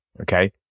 Okay